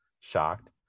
shocked